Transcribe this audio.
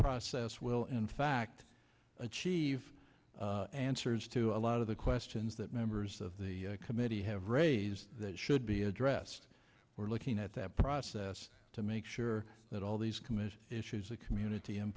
process will in fact achieve answers to a lot of the questions that members of the committee have raised that should be addressed we're looking at that process to make sure that all these committee issues a community